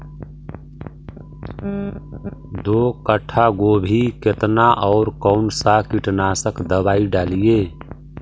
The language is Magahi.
दो कट्ठा गोभी केतना और कौन सा कीटनाशक दवाई डालिए?